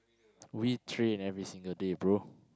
we train every single day bro